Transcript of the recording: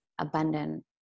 abundant